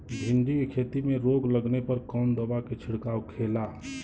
भिंडी की खेती में रोग लगने पर कौन दवा के छिड़काव खेला?